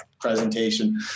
presentation